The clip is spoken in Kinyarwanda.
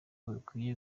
bikwiye